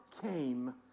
came